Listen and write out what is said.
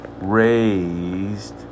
raised